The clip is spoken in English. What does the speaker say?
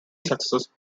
successes